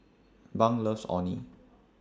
Bunk loves Orh Nee